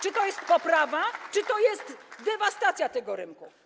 Czy to jest poprawa, czy to jest dewastacja tego rynku?